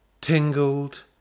Tingled